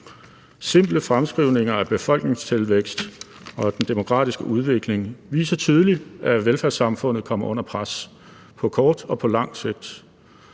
Simple fremskrivninger af befolkningstilvækst og den demografiske udvikling viser tydeligt, at velfærdssamfundet kommer under pres på kort og på lang sigt,